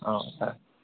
अ सार